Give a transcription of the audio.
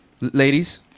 Ladies